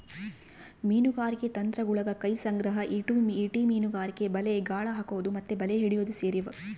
ಮೀನುಗಾರಿಕೆ ತಂತ್ರಗುಳಗ ಕೈ ಸಂಗ್ರಹ, ಈಟಿ ಮೀನುಗಾರಿಕೆ, ಬಲೆ, ಗಾಳ ಹಾಕೊದು ಮತ್ತೆ ಬಲೆ ಹಿಡಿಯೊದು ಸೇರಿವ